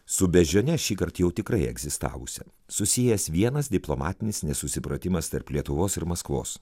su beždžione šįkart jau tikrai egzistavusia susijęs vienas diplomatinis nesusipratimas tarp lietuvos ir maskvos